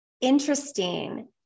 interesting